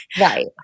right